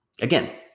Again